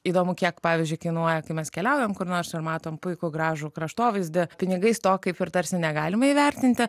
įdomu kiek pavyzdžiui kainuoja kai mes keliaujam kur nors ir matom puikų gražų kraštovaizdį pinigais to kaip ir tarsi negalima įvertinti